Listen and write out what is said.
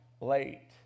late